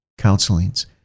counselings